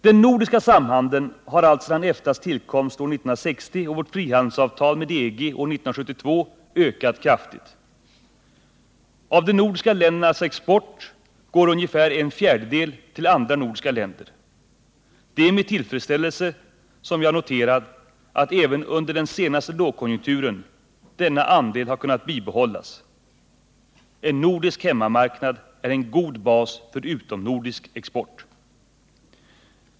Den nordiska samhandeln har alltsedan EFTA:s tillkomst år 1960 och vårt frihandelsavtal med EG år 1972 ökat kraftigt. Av de nordiska ländernas export går ungefär en fjärdedel till andra nordiska länder. Det är med tillfredsställelse som jag noterar att även under den senaste lågkonjunkturen denna andel har kunnat bibehållas. En nordisk hemmamarknad är en god bas för utomnordisk export.